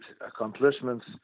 accomplishments